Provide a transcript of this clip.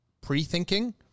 pre-thinking